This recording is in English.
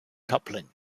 coupling